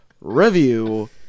review